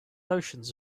oceans